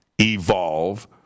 evolve